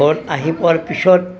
ঘৰত আহি পোৱাৰ পিছত